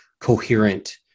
coherent